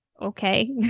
okay